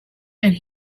and